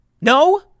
No